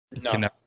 No